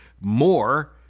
more